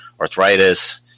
arthritis